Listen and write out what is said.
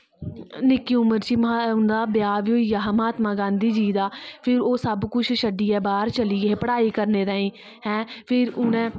निक्की उमर च महात्मा दा ब्याह बी होई गेआ हा महात्मा गांधी जी दा फिर ओह् सब कुछ छड्डियै बाहर चली गे पढाई करने तांई एह् फिर उ'नें